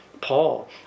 Paul